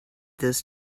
this